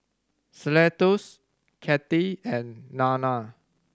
Cletus Cathy and Nana